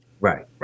Right